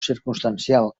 circumstancial